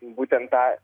būtent tą